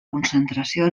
concentració